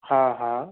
हा हा